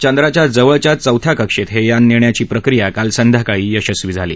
चंद्राच्या जवळच्या चौथ्या कक्षेत हे यान नेण्याची प्रक्रिया काल संध्याकाळी यशस्वी झाली